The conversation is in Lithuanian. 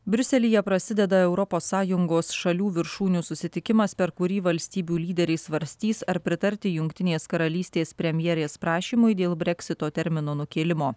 briuselyje prasideda europos sąjungos šalių viršūnių susitikimas per kurį valstybių lyderiai svarstys ar pritarti jungtinės karalystės premjerės prašymui dėl breksito termino nukėlimo